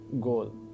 goal